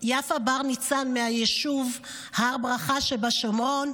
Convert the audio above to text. יפה בר ניצן מהיישוב הר ברכה שבשומרון,